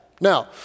Now